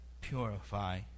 purify